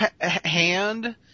hand